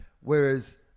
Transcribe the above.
Whereas